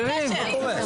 מה הקשר?